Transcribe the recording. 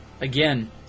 again